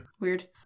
Weird